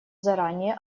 заранее